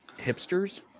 hipsters